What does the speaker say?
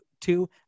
Two